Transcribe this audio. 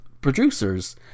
producers